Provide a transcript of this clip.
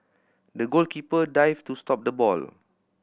the goalkeeper dived to stop the ball